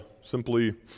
simply